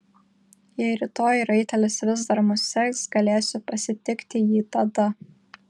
jei rytoj raitelis vis dar mus seks galėsiu pasitikti jį tada